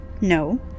No